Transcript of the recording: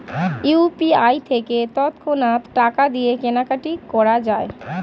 UPI থেকে তৎক্ষণাৎ টাকা দিয়ে কেনাকাটি করা যায়